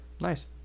Nice